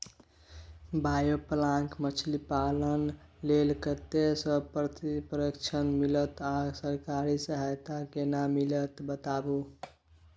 Biofloc मछलीपालन लेल कतय स प्रशिक्षण मिलत आ सरकारी सहायता केना मिलत बताबू?